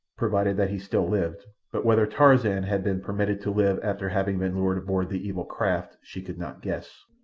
provided that he still lived, but whether tarzan had been permitted to live after having been lured aboard the evil craft she could not guess.